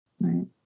Right